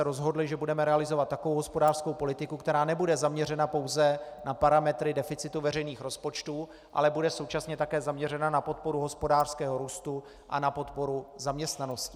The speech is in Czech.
Rozhodli jsme se, že budeme realizovat takovou hospodářskou politiku, která nebude zaměřena pouze na parametry deficitu veřejných rozpočtů, ale bude také současně zaměřená na podporu hospodářského růstu a na podporu zaměstnanosti.